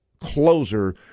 closer